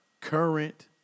current